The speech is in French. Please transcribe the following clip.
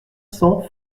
cents